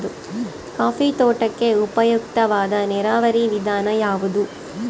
Coffee ತೋಟಕ್ಕೆ ಉಪಯುಕ್ತವಾದ ನೇರಾವರಿ ವಿಧಾನ ಯಾವುದು?